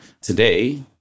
today